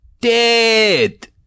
Dead